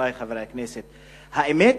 חייבת לשפץ ולשקם את המקומות הקדושים,